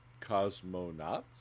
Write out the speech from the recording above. Cosmonauts